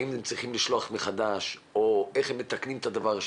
האם צריך לשלוח מחדש או איך לתקן את הדבר.